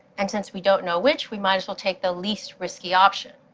and since we don't know which, we might as well take the least risky option.